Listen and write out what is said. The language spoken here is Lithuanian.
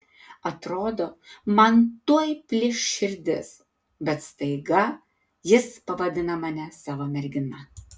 atrodo man tuoj plyš širdis bet staiga jis pavadina mane savo mergina